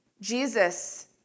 Jesus